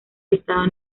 listado